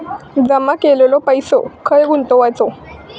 जमा केलेलो पैसो खय गुंतवायचो?